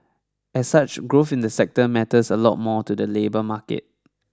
as such growth in the sector matters a lot more to the labour market